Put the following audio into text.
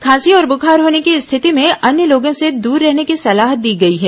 खांसी और बुखार होने की स्थिति में अन्य लोगों से दूर रहने की सलाह दी गई है